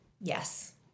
yes